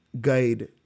guide